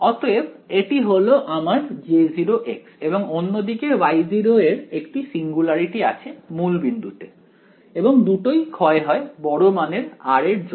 অতএব এটি হলো আমার J0 এবং অন্যদিকে Y0 এর একটি সিঙ্গুলারিটি আছে মূল বিন্দুতে এবং দুটোই ক্ষয় হয় বড় মানের r এর জন্য